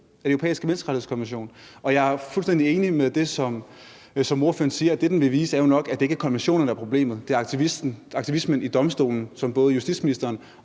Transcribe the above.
ud af Den Europæiske Menneskerettighedskonvention. Jeg er fuldstændig enig i det, som ordføreren siger, nemlig at det, den vil vise, jo nok er, at det ikke er konventioner, der er problemet, men at det er aktivismen i Domstolen, som både justitsministeren